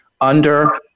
under-